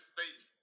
States